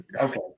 Okay